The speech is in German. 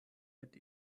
mit